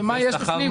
מה יש בפנים?